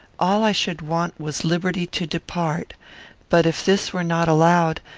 all i should want was liberty to depart but, if this were not allowed,